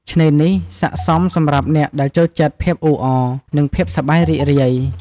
ឆ្នេរនេះស័ក្តិសមសម្រាប់អ្នកដែលចូលចិត្តភាពអ៊ូអរ និងភាពសប្បាយរីករាយ។